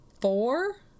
four